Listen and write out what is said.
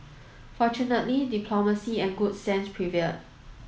fortunately diplomacy and good sense prevailed